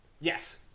Yes